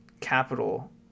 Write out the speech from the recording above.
capital